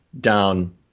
down